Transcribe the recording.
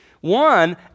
One